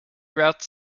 route